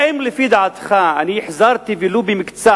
האם לפי דעתך אני החזרתי, ולו במקצת,